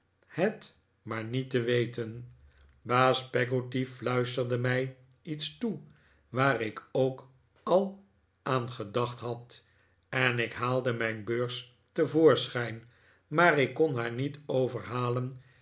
het maar niet te weten baas peggotty fluisterde mij iets toe waar ik ook al aan gedacht had en ik haalde mijn beurs te voorschijn maar ik kon haar niet overhalen